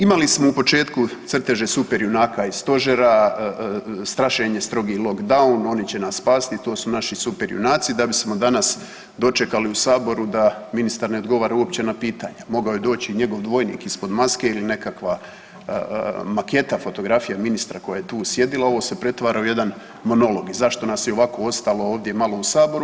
Imali smo u početku crteže superjunaka i stožera, strašenje strogi lockdown, oni će nas spasiti, to su naši superjunaci, da bismo danas dočekali u saboru da ministar ne odgovara uopće na pitanja, mogao je doći i njegov dvojnik ispod maske ili nekakva maketa, fotografija ministra koja je tu sjedila, ovo se pretvara u jedan monolog i zašto nas je ovako ostalo ovdje malo u saboru?